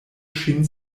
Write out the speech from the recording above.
ŝin